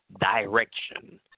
direction